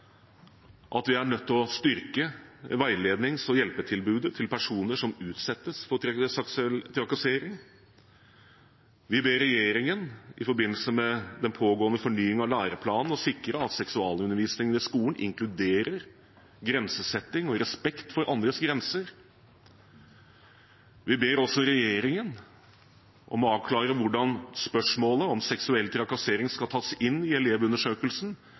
at vi er nødt til å styrke veilednings- og hjelpetilbudet til personer som utsettes for seksuell trakassering. Vi ber regjeringen, i forbindelse med den pågående fornying av læreplanen, å sikre at seksualundervisningen i skolen inkluderer grensesetting og respekt for andres grenser. Vi ber også regjeringen om å avklare hvordan spørsmål om seksuell trakassering skal tas inn i Elevundersøkelsen